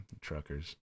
truckers